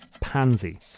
Pansy